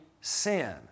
sin